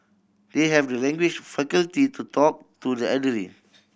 they have the language faculty to talk to the elderly